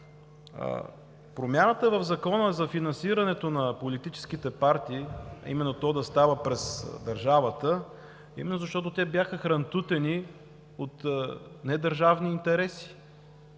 Промяната в Закона за финансирането на политическите партии – то да става през държавата, е именно защото те бяха хрантутени от недържавни интереси,